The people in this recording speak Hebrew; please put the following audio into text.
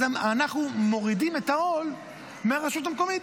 אז אנחנו מורידים את העול מהרשות המקומית.